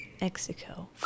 Mexico